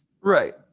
Right